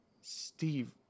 Steve